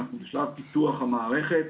אנחנו בשלב פיתוח המערכת.